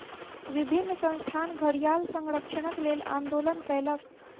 विभिन्न संस्थान घड़ियाल संरक्षणक लेल आंदोलन कयलक